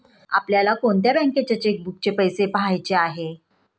आपल्याला कोणत्या बँकेच्या चेकबुकचे पैसे पहायचे आहे?